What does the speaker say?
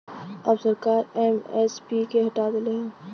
अब सरकार एम.एस.पी के हटा देले हौ